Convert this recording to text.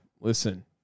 listen